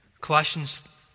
Colossians